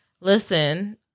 Listen